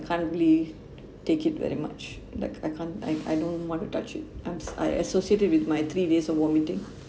can't really take it very much like I can't I I don't want to touch it I'm I associated with my three days of vomiting